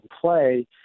play